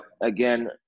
again